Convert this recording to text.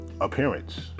appearance